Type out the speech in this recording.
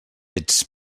ets